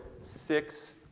six